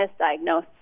misdiagnosed